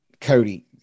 Cody